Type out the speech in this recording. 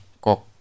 kok